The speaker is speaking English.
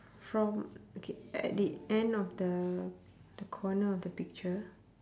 from okay at the end of the the corner of the picture